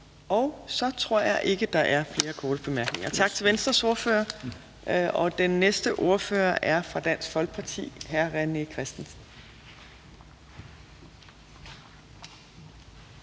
Jeg tror ikke, at der er flere korte bemærkninger, så tak til Venstres ordfører. Og den næste ordfører er fra Dansk Folkeparti, hr. René Christensen.